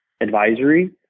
advisory